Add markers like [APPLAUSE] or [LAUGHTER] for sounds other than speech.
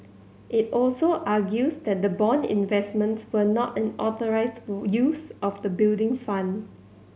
it also argues that the bond investments were not an authorised [UNINTELLIGIBLE] use of the Building Fund